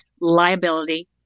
Liability